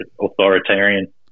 authoritarian